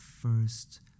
first